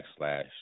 backslash